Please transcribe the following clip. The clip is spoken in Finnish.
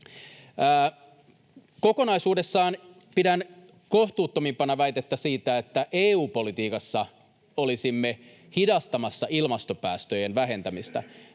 Kokonaisuudessaan pidän kohtuuttomimpana väitettä siitä, että EU-politiikassa olisimme hidastamassa ilmastopäästöjen vähentämistä.